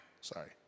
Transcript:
Sorry